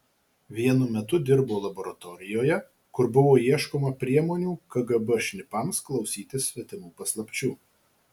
vienu metu dirbo laboratorijoje kur buvo ieškoma priemonių kgb šnipams klausytis svetimų paslapčių